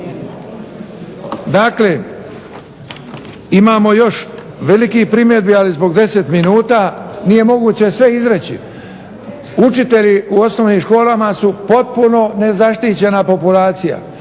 Dakle, imamo još velikih primjedbi ali zbog 10 minuta nije moguće sve izreći. Učitelji u osnovnim školama su potpuno nezaštićena populacija,